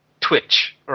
Twitch